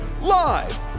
Live